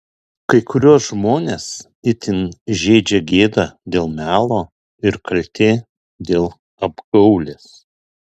kai kuriuos žmones itin žeidžia gėda dėl melo ir kaltė dėl apgaulės